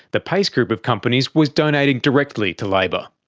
the payce group of companies was donating directly to labor.